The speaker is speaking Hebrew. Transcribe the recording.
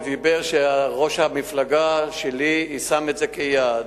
הוא אמר שראש המפלגה שלי שם את זה כיעד.